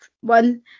one